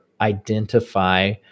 identify